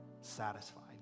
satisfied